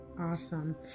Awesome